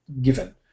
given